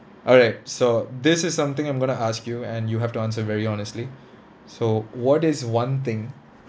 alright so this is something I'm going to ask you and you have to answer very honestly so what is one thing